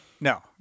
No